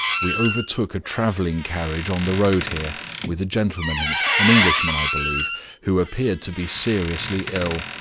we overtook a traveling carriage on the road here with a gentleman in it an englishman, i believe who appeared to be seriously ill.